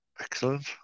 Excellent